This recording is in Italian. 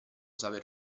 sapere